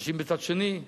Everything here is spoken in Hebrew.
אנשים בצד השני.